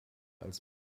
als